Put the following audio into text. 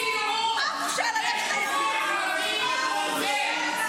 תלכי לייעוץ.